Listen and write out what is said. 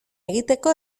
egiteko